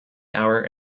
hour